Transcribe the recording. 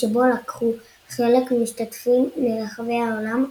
שבו לקחו חלק משתתפים מרחבי העולם,